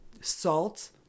salt